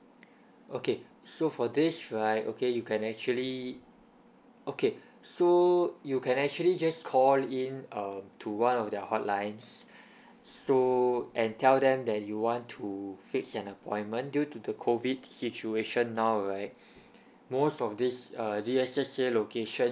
okay so for this right okay you can actually okay so you can actually just call in uh to one of their hotlines so and tell them that you want to fix an appointment due to the COVID situation now right most of these uh D_S_S_A locations